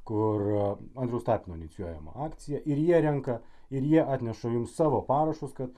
kur andriaus tapino inicijuojama akcija ir jie renka ir jie atneša jums savo parašus kad